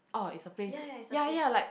orh it's a place ya ya like